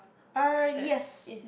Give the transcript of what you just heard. uh yes